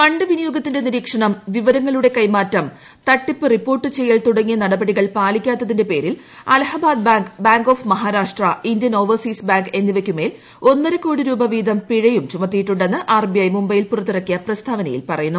fund വിനിയോഗത്തിന്റെ നിരീക്ഷണം വിവരങ്ങളുടെ കൈമാറ്റം തട്ടിപ്പ് റിപ്പർട്ട് ചെയ്യൽ തുടങ്ങിയ നടപടികൾ പാലിക്കാത്തതിന്റെ പേരിൽ Allahabad Bank Bank of Maharashtra Indian Overseas Bank എന്നിവയ്ക്കുമേൽ ഒന്നരക്കോടി രൂപവീതം പിഴയും ചുമത്തിയിട്ടുണ്ടെന്ന് ആർബിഐ മുംബൈയിൽ പുറത്തിറക്കിയ പ്രസ്താവനയിൽ പറയുന്നു